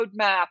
roadmap